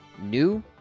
new-